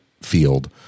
field